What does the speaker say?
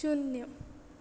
शुन्य